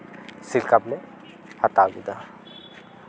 ᱥᱤᱞ ᱠᱟᱯ ᱞᱮ ᱦᱟᱛᱟᱣ ᱞᱮᱫᱟ